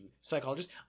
psychologist